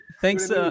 Thanks